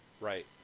right